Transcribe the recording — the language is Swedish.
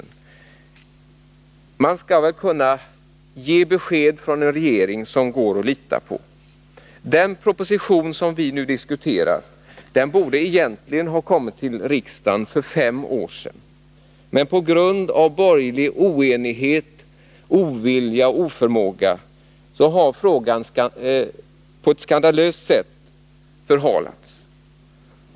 En regering skall väl kunna ge besked som det går att lita på. Den proposition som vi nu diskuterar borde egentligen ha kommit till riksdagen för fem år sedan, men på grund av borgerlig oenighet, ovilja och oförmåga har frågan på ett skandalöst sätt förhalats.